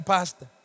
Pastor